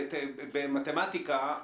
במתמטיקה,